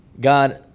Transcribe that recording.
God